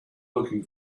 looking